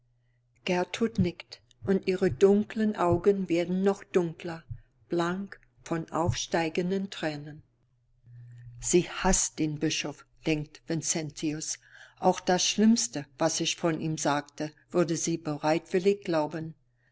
gertrud nickt und ihre dunklen augen werden noch dunkler blank von aufsteigenden tränen sie haßt den bischof denkt vincentius auch das schlimmste was ich von ihm sagte würde sie bereitwillig glauben